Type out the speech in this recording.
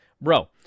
Bro